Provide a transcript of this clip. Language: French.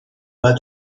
pas